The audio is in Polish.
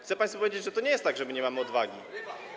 Chcę państwu powiedzieć, że to nie jest tak, że my nie mamy odwagi.